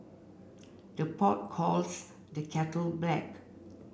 the pot calls the kettle black